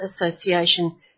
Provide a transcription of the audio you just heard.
Association